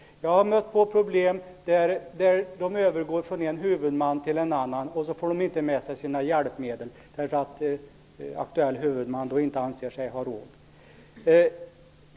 Jag har mött problem när man har övergått från en huvudman till en annan och man inte fått med sig sina hjälpmedel därför att aktuell huvudman inte ansett sig ha råd.